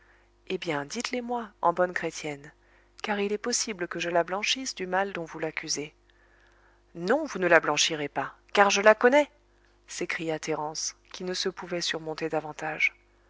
eh bien dites les moi en bonne chrétienne car il est possible que je la blanchisse du mal dont vous l'accusez non vous ne la blanchirez pas car je la connais s'écria thérence qui ne se pouvait surmonter davantage